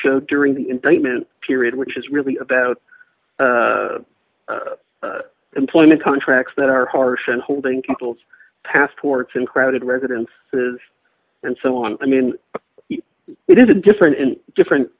showed during the indictment period which is really about employment contracts that are harsh and holding couples passports in crowded residence has and so on i mean it is a different in different